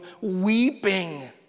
weeping